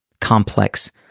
complex